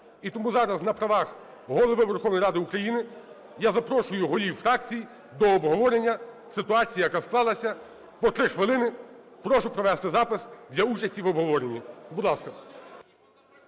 І тому зараз на правах Голови Верховної Ради України я запрошую голів фракцій до обговорення ситуації, яка склалася. По 3 хвилини. Прошу провести запис для участі в обговоренні. Будь ласка.